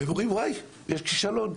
ואז אומרים: ווי, יש כישלון.